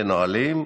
בנהלים,